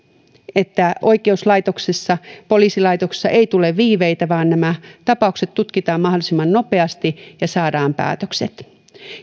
että oikeuslaitoksessa poliisilaitoksessa ei tule viiveitä vaan nämä tapaukset tutkitaan mahdollisimman nopeasti ja saadaan päätökset